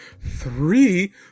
three